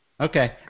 Okay